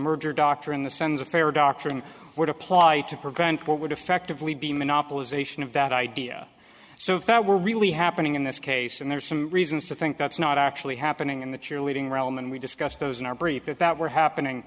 merger doctrine the sense of fair doctrine would apply to prevent what would effect of lee be monopolization of that idea so if that were really happening in this case and there are some reasons to think that's not actually happening in the cheerleading realm and we discussed those in our brief if that were happening